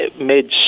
made